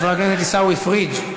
חבר הכנסת עיסאווי פריג',